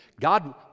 God